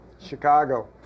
chicago